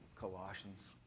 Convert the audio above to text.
Colossians